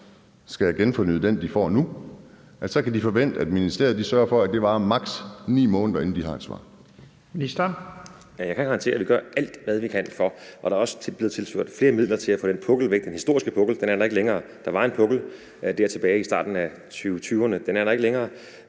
skal have genfornyet den tilladelse, de får nu, kan de forvente, at ministeriet sørger for, at det varer maks. 9 måneder, inden de har et svar?